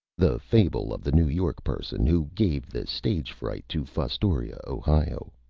the fable of the new york person who gave the stage fright to fostoria, ohio